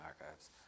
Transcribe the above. archives